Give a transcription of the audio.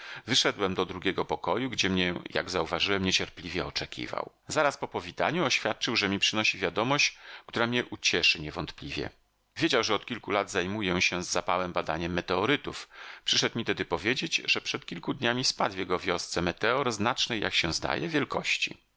wyszedłem do drugiego pokoju gdzie mnie jak zauważyłem niecierpliwie oczekiwał zaraz po powitaniu oświadczył że mi przynosi wiadomość która mię ucieszy niewątpliwie wiedział że od kilku lat zajmuję się z zapałem badaniem meteorytów przyszedł mi tedy powiedzieć że przed kilku dniami spadł w jego wiosce meteor znacznej jak się zdaje wielkości